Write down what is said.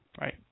right